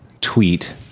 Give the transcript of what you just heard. tweet